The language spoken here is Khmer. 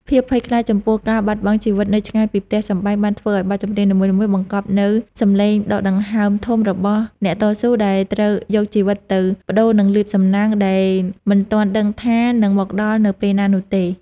ភាពភ័យខ្លាចចំពោះការបាត់បង់ជីវិតនៅឆ្ងាយពីផ្ទះសម្បែង បានធ្វើឱ្យបទចម្រៀងនីមួយៗបង្កប់នូវសម្លេងដកដង្ហើមធំរបស់អ្នកតស៊ូ ដែលត្រូវយកជីវិតទៅប្តូរនឹងលាភសំណាងដែលមិនទាន់ដឹងថានឹងមកដល់នៅពេលណានោះទេ។